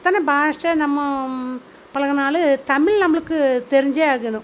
எத்தனை பாஷை நம்ம பழகுனாலும் தமிழ் நம்பளுக்கு தெரிஞ்சே ஆகணும்